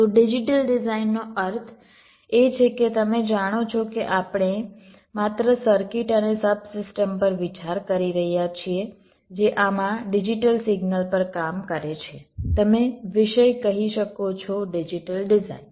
તો ડિજીટલ ડિઝાઈનનો અર્થ એ છે કે તમે જાણો છો કે આપણે માત્ર સર્કિટ અને સબ સિસ્ટમ પર વિચાર કરી રહ્યા છીએ જે આમાં ડિજિટલ સિગ્નલ પર કામ કરે છે તમે વિષય કહી શકો છો ડિજિટલ ડિઝાઈન